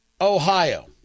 Ohio